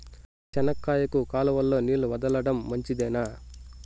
చెనక్కాయకు కాలువలో నీళ్లు వదలడం మంచిదేనా?